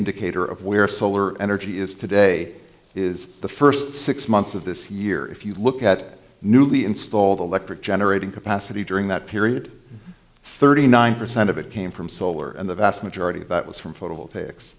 indicator of where solar energy is today is the first six months of this year if you look at newly installed electric generating capacity during that period thirty nine percent of it came from solar and the vast majority of that was from photo